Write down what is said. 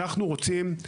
אנחנו רוצים,